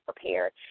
prepared